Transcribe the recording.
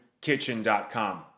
Kitchen.com